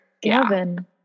Gavin